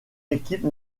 équipe